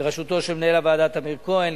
בראשותו של מנהל הוועדה טמיר כהן,